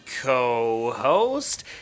co-host